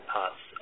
parts